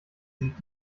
sieht